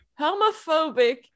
homophobic